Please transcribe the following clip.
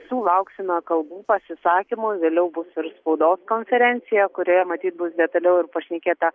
sulauksime kalbų pasisakymų vėliau bus ir spaudos konferencija kurioje matyt bus detaliau ir pašnekėta